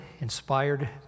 inspired